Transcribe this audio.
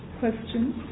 questions